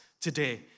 today